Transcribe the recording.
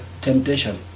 temptation